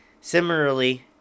Similarly